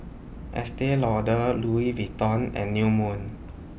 Estee Lauder Louis Vuitton and New Moon